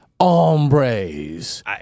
Hombres